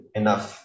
enough